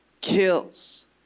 kills